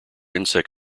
insect